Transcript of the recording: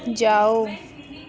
जाओ